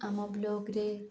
ଆମ ବ୍ଲଗ୍ରେ